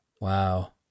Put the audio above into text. Wow